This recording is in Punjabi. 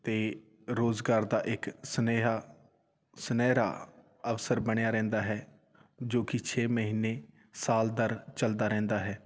ਅਤੇ ਰੁਜ਼ਗਾਰ ਦਾ ਇੱਕ ਸੁਨੇਹਾ ਸੁਨਹਿਰਾ ਅਵਸਰ ਬਣਿਆ ਰਹਿੰਦਾ ਹੈ ਜੋ ਕਿ ਛੇ ਮਹੀਨੇ ਸਾਲ ਦਰ ਚੱਲਦਾ ਰਹਿੰਦਾ ਹੈ